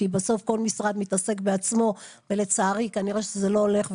כי בסוף כל משרד מתעסק בעצמו ולצערי כנראה שזה לא הולך,